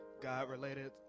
God-related